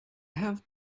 have